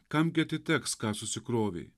kam gi atiteks ką susikrovei